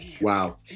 wow